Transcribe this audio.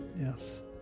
Yes